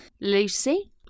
Lucy